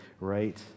right